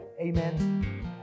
Amen